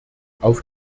auf